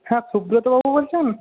হ্যাঁ সুব্রতবাবু বলছেন